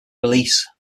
release